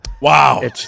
Wow